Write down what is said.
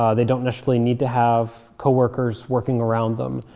they don't necessarily need to have co-workers working around them.